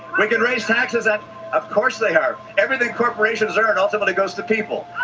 we could raise taxes and of course they are everything corporations earn ultimately goes to people.